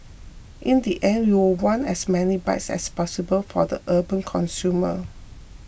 in the end we will want as many bikes as possible for the urban consumer